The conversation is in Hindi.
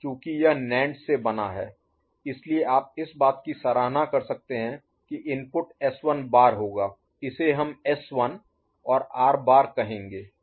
चूंकि यह नैंड से बना है इसलिए आप इस बात की सराहना कर सकते हैं कि इनपुट S 1 बार होगा इसे हम S 1 और R बार कहेंगे